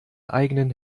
eigenen